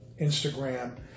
Instagram